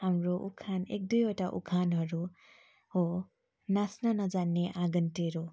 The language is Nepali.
हाम्रो उखान एक दुइवटा उखानहरू हो नाच्न नजान्ने आँगन टेढो